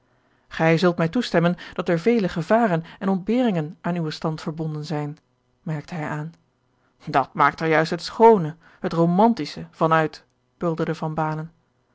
gij zult mij toestemmen dat er vele gevaren en ontberingen aan uwen stand verbonden zijn merkte hij aan dat maakt er juist het schoone het romantische van uit bulderde